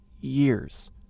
years